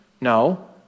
No